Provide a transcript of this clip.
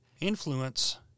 influence